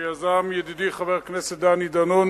שיזם ידידי חבר הכנסת דני דנון